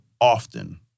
often